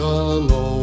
alone